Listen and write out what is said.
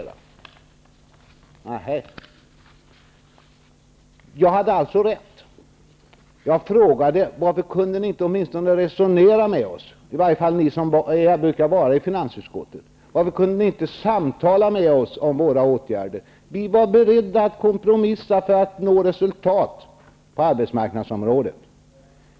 Nähej. Jag hade alltså rätt. Jag frågade varför åtminstone inte ni som brukar vara i finansutskottet kunde resonera med oss. Varför kunde ni inte samtala med oss om våra åtgärder? Vi var beredda att kompromissa för att nå resultat på arbetsmarknadsområdet.